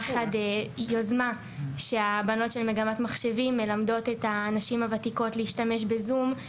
בנות מגמת המחשבים מלמדות את הנשים הוותיקות להשתמש בזום,